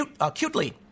acutely